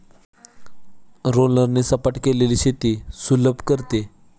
रोलरने सपाट केलेले शेत शेती सुलभ करते